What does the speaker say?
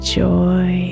joy